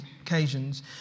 occasions